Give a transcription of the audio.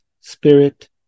spirit